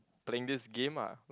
playing this game ah